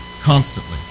constantly